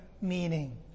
meaning